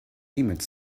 emmett